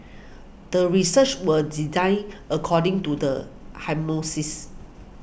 the research was designed according to the hypothesis